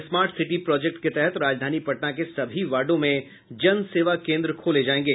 smart city project के तहत राजधानी पटना के सभी वार्डो में जन सेवा केन्द्र खोले जायेंगे